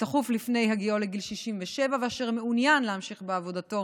בתכוף לפני הגיעו לגיל 67 ואשר מעוניין להמשיך בעבודתו